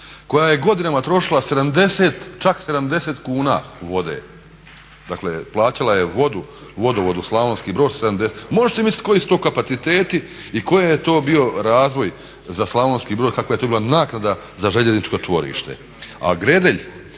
koja je godinama trošila čak 70 kuna vode. Dakle, plaćala je vodu Vodovodu Slavonski Brod 70 kuna. Možete misliti koji su to kapaciteti i koji je to bio razvoj za Slavonski Brod kakva je to bila naknada za željezničko čvorište. A Gredelj